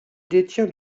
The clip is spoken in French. détient